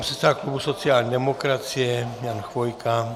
Pan předseda klubu sociální demokracie Jan Chvojka.